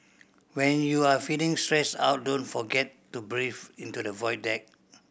when you are feeling stressed out don't forget to breathe into the